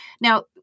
now